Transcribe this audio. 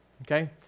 okay